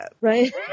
right